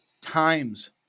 Times